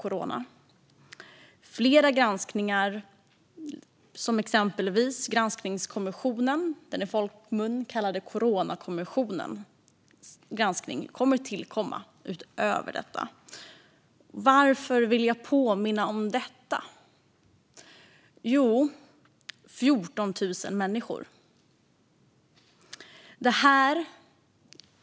Utöver denna granskning tillkommer exempelvis Granskningskommissionens granskning, i folkmun kallad Coronakommissionen. Varför vill jag påminna om detta? Jo, för att 14 000 människor har mist livet.